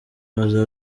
baza